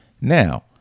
Now